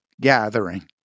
gathering